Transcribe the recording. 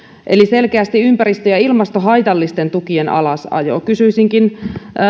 eli selkeästi ympäristö ja ilmastohaitallisten tukien alasajo kysyisinkin